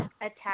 attack